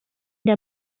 der